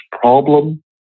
problem